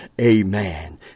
Amen